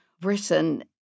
Britain